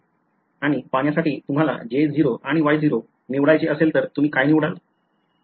आणि पाण्यासाठी तुह्माला J0 आणि Y0 निवडायचे असेल तर तुम्ही काय निवडाल